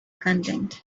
content